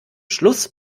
schluss